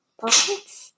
pockets